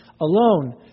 alone